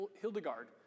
Hildegard